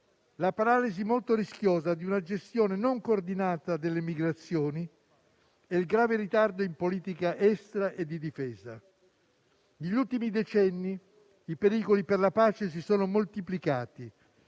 la paralisi, molto rischiosa, di una gestione non coordinata delle migrazioni e il grave ritardo in politica estera e di difesa. Negli ultimi decenni i pericoli per la pace si sono moltiplicati